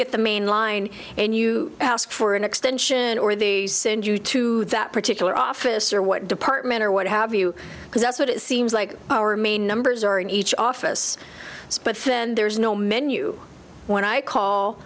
get the main line and you ask for an extension or the send you to that particular office or what department or what have you because that's what it seems like our main numbers are in each office it's but then there's no menu when i call